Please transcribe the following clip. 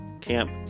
camp